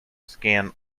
scan